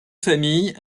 famille